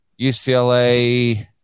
UCLA